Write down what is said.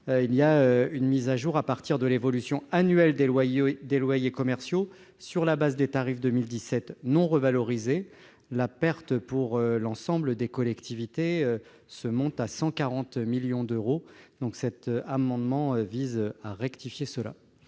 à jour s'effectue à partir de l'évolution annuelle des loyers commerciaux sur la base des tarifs 2017 non revalorisés. La perte pour l'ensemble des collectivités se monte à 140 millions d'euros. Cet amendement vise à rectifier ce